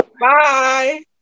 Bye